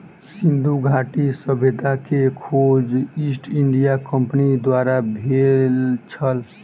सिंधु घाटी सभ्यता के खोज ईस्ट इंडिया कंपनीक द्वारा भेल छल